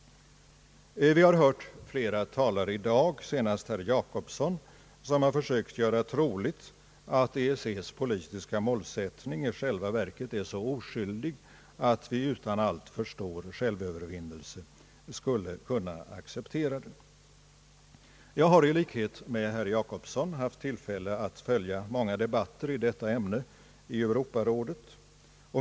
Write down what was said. Vi har hört flera talare i dag, senast herr Jacobsson, som försökt göra troligt att EEC:s politiska målsättning i själva verket är så oskyldig att vi utan alltför stor självövervinnelse skulle kunna acceptera den. Jag har i likhet med herr Jacobsson haft tillfälle att följa många debatter i detta ämne i Europarådet.